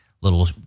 little